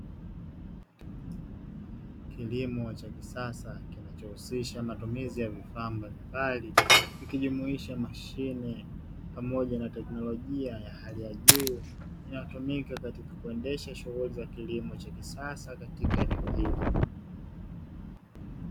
Kilimo cha kisasa kinachohusisha matumizi ya vifaa mbalimbali, ikijumuisha mashine pamoja na teknolojia ya hali ya juu, inayotumika katika kuendesha shughuli ya kilimo cha kisasa katika eneo hili.